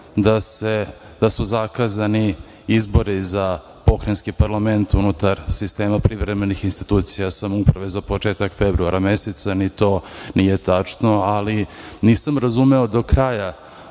da su zakazani izbori za pokrajinski parlament unutar sistema privremenih institucija samoupravo za početak februara meseca, ni to nije tačno, ali nisam razumeo do kraja